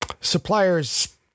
suppliers